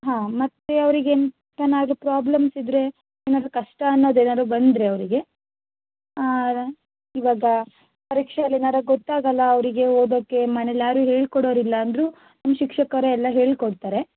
ಹಾಂ ಮತ್ತು ಅವರಿಗೆಂಥನಾದ್ರು ಪ್ರಾಬ್ಲಮ್ಸ್ ಇದ್ದರೆ ಏನಾದರೂ ಕಷ್ಟ ಅನ್ನೋದೇನಾದರೂ ಬಂದರೆ ಅವರಿಗೆ ಈವಾಗ ಪರೀಕ್ಷೆಯಲ್ಲಿ ಏನಾದ್ರು ಗೊತ್ತಾಗಲ್ಲ ಅವರಿಗೆ ಓದೋಕ್ಕೆ ಮನೆಯಲ್ಲಿ ಯಾರೂ ಹೇಳ್ಕೊಡೋರು ಇಲ್ಲಾಂದರೂ ನಮ್ಮ ಶಿಕ್ಷಕರೇ ಎಲ್ಲ ಹೇಳ್ಕೊಡ್ತಾರೆ